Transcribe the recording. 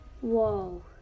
Whoa